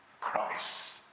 Christ